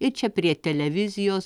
ir čia prie televizijos